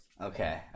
Okay